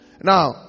Now